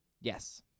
Yes